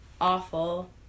awful